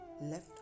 Left